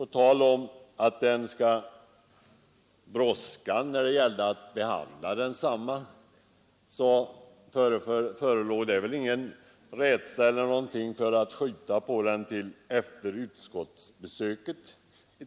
På tal om att det skulle brådska med behandlingen av densamma vill jag påpeka att det inte förelåg någon rädsla för att skjuta på den till efter utskottsbesöket.